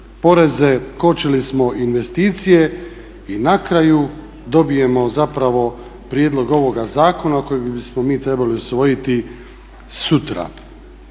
poreze, kočili smo investicije i na kraju dobijemo zapravo prijedlog ovoga zakona koji bismo mi trebali usvojiti sutra.